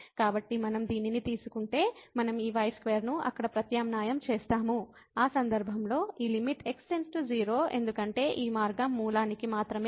కాబట్టి మనం దీనిని తీసుకుంటే మనం ఈ y2 ను అక్కడ ప్రత్యామ్నాయం చేస్తాము ఆ సందర్భంలో ఈ లిమిట్ x → 0 ఎందుకంటే ఈ మార్గం మూలానికి మాత్రమే పడుతుంది